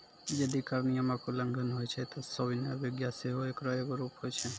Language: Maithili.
जदि कर नियमो के उल्लंघन होय छै त सविनय अवज्ञा सेहो एकरो एगो रूप होय छै